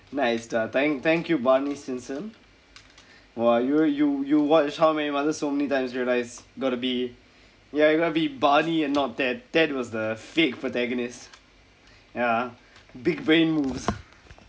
nice dah thank thank you barney stinson !wah! you you you watch how I met your mother so many times realise got to be ya you got to be barney and not ted ted was the fake protagonist ya big brain moves